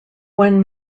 when